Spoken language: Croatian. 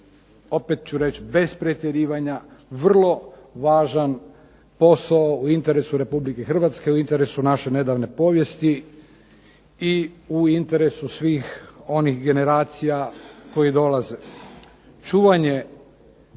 opet ću reći bez pretjerivanja, vrlo važan posao u interesu RH, u interesu naše nedavne povijesti i u interesu svih onih generacija koje dolaze. Čuvanje